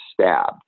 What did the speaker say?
stabbed